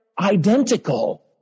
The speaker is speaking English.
identical